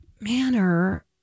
manner